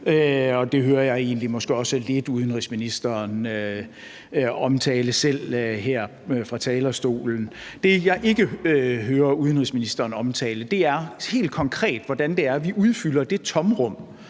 det hører jeg måske egentlig nok også lidt udenrigsministeren selv omtale her fra talerstolen. Det, jeg ikke hører udenrigsministeren omtale, er helt konkret, hvordan det er, vi udfylder det tomrum,